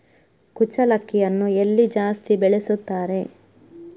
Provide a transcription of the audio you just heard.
ಕುಚ್ಚಲಕ್ಕಿಯನ್ನು ಎಲ್ಲಿ ಜಾಸ್ತಿ ಬೆಳೆಸುತ್ತಾರೆ?